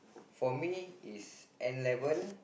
for me is N-level